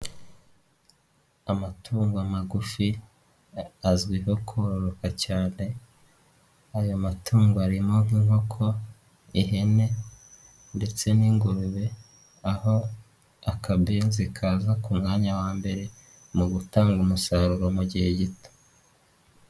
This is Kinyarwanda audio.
Amatungo magufi azwiho kororoka cyane, aya matungo arimo nk'inkoko, ihene ndetse n'ingurube, aho akabenzi kaza ku mwanya wa mbere, mu gutanga umusaruro mu gihe gito.